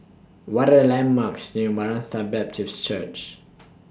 What Are The landmarks near Maranatha Baptist Church